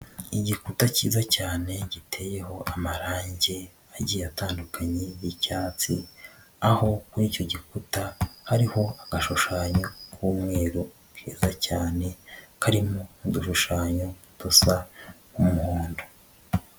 Igikuta kiyiza cyane giteyeho amarangi agiye atandukanye y'icyatsi, aho kuri icyo gikuta hariho agashushanyo k'umweru keza cyane, karimo udushushanyo dusa umuhondo.